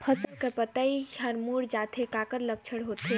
फसल कर पतइ हर मुड़ जाथे काकर लक्षण होथे?